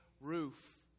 roof